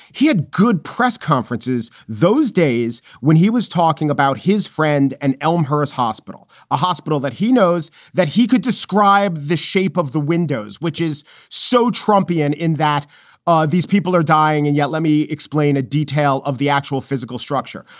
he had good press conferences those days when he was talking about his friend and elmhurst hospital, a hospital that he knows that he could describe the shape of the windows, which is so trumpian, in that ah these people are dying. and yet let me explain a detail of the actual physical structure.